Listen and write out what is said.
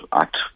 act